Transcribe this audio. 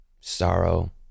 sorrow